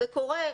זה קורה.